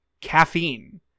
caffeine